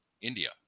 India